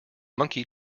monkey